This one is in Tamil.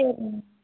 சரிங்க மேம்